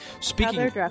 Speaking